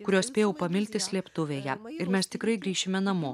kuriuos spėjau pamilti slėptuvėje ir mes tikrai grįšime namo